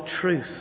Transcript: truth